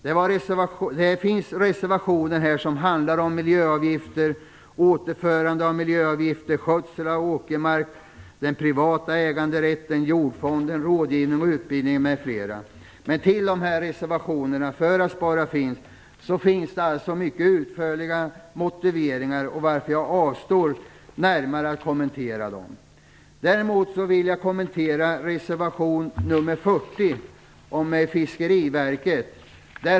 Här finns reservationer som handlar om miljöavgifter, återförande av miljöavgifter, skötsel av åkermark, den privata äganderätten, Jordfonden, rådgivning och utbildning m.m. Till reservationerna som föreslår besparingar finns utförliga motiveringar, varför jag avstår från att närmare kommentera dem. Däremot vill jag kommentera reservation nr 40 om Fiskeriverket.